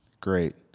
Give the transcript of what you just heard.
Great